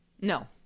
No